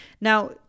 Now